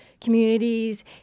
communities